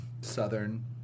southern